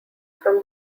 from